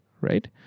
right